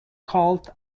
cult